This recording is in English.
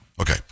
Okay